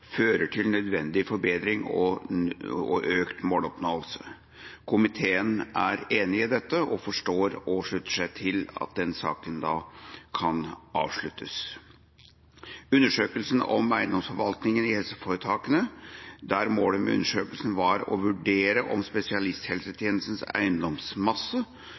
fører til nødvendige forbedringer og økt måloppnåelse. Komiteen er enig i dette og forstår og slutter seg til at den saken kan avsluttes. Når det gjelder undersøkelsen om eiendomsforvaltninga i helseforetakene, der målet med undersøkelsen var å vurdere om spesialisthelsetjenestens eiendomsmasse